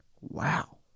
wow